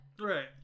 right